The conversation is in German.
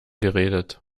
geredet